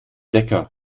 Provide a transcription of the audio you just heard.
lecker